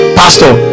pastor